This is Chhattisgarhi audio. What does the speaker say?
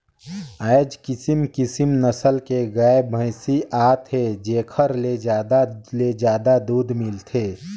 आयज किसम किसम नसल के गाय, भइसी आत हे जेखर ले जादा ले जादा दूद मिलथे